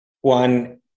One